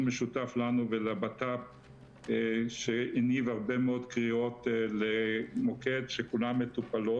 משותף שהניב הרבה מאוד קריאות למוקד שכולם מטופלות.